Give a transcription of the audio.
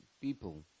people